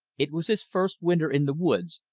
it was his first winter in the woods,